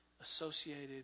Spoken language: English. associated